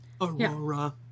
Aurora